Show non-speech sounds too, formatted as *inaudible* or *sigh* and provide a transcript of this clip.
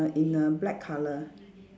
in a black colour *noise*